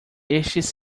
estes